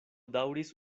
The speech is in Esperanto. daŭris